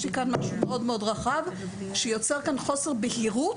יש לי כאן משהו מאוד מאוד רחב שיוצר כאן חוסר בהירות